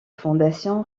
fondation